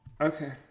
Okay